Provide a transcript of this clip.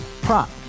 Prop